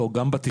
לא, גם בתיכון.